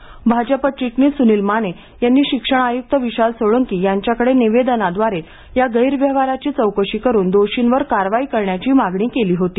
या प्रकरणी भाजप चिटणीस सूनील माने यांनी शिक्षण आयुक्त विशाल सोळंकी यांच्याकडे निवेदनाद्वारे या गैरव्यवहाराची चौकशी करून दोषींवर कारवाई करण्याची मागणी केली होती